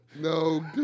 no